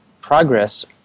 progress